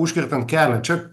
užkertant kelią čia